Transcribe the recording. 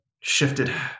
shifted